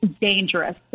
dangerous